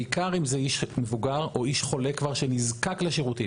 בעיקר אם זה איש מבוגר או איש חולה כבר שנזקק לשירותים.